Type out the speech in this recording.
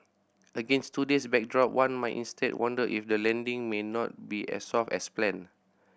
against today's backdrop one might instead wonder if the landing may not be as soft as planned